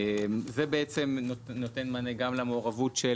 זה בעצם נותן מענה גם למעורבות של